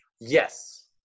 yes